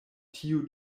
tio